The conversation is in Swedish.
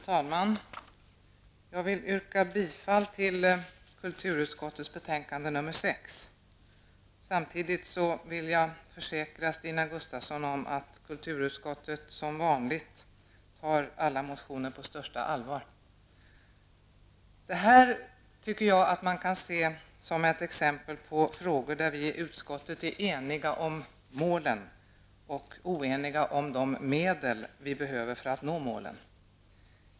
Fru talman! Jag vill yrka bifall till kulturutskottets hemställan i betänkande nr 6. Samtidigt vill jag försäkra Stina Gustavsson att kulturutskottet som vanligt tar alla motioner på största allvar. Detta ärende tycker jag att man kan se som ett exempel på frågor, där vi i utskottet är eniga om målen och oeniga om de medel vi behöver för att nå målen.